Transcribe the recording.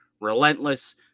relentless